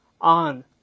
on